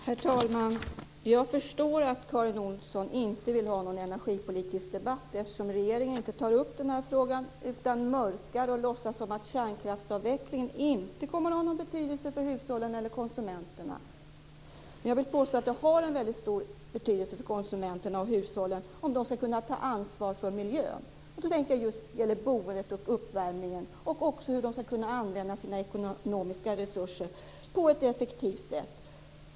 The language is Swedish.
Herr talman! Jag förstår att Karin Olsson inte vill ha en energipolitisk debatt. Regeringen tar ju inte upp frågan. I stället mörkar man och låtsas att kärnkraftsavvecklingen inte kommer att ha någon betydelse för hushållen och konsumenterna. Jag vill påstå att den har väldigt stor betydelse för hushållen och konsumenterna om de skall kunna ta ansvar för miljön. Jag tänker då på boendet och uppvärmningen men också på hur hushållen och konsumenterna skall kunna använda sina ekonomiska resurser på ett effektivt sätt.